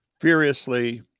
furiously